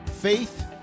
Faith